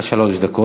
יש לך שלוש דקות.